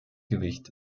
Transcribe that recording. gewicht